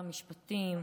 המשפטים,